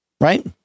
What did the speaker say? Right